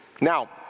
Now